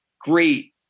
great